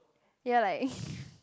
ya like